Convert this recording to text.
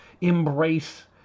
embrace